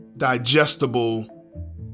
digestible